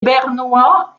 bernois